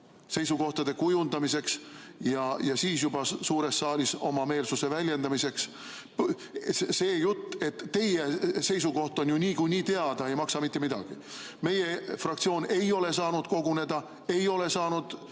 seisukohtade kujundamiseks ja siis juba homme suures saalis oma meelsuse väljendamiseks. See jutt, et teie seisukoht on ju niikuinii teada, ei maksa mitte midagi. Meie fraktsioon ei ole saanud koguneda, ei ole saanud